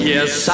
Yes